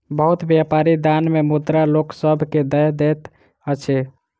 बहुत व्यापारी दान मे मुद्रा लोक सभ के दय दैत अछि